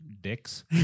dicks